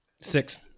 Six